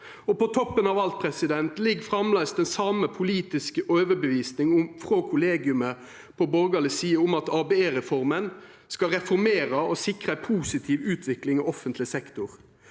På toppen av alt ligg framleis den same politiske overtydinga frå kollegiet på borgarleg side om at ABE-reforma skal reformera og sikra ei positiv utvikling av offentleg sektor.